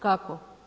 Kako?